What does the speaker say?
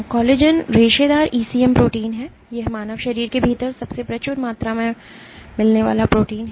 collagen रेशेदार ECM protein है यह मानव शरीर के भीतर सबसे प्रचुर मात्रा में प्रोटीन है